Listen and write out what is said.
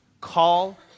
call